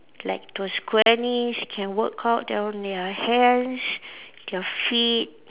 like those grannies can work out their on their hands their feet